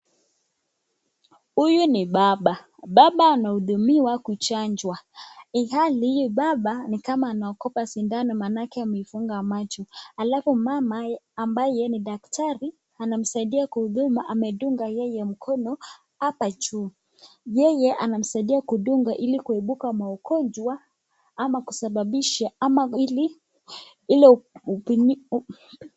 Huyu ni baba. Baba anahudumiwa kuchanjwa, ilhali baba ni kama anaogopa sindano maanake amefunga macho. Alafu mama ambaye ni daktari anamsaidia kuhudumu amedunga yeye mkono hapa juu yeye anamsaidia kumdunga ili kuepuka magonjwa .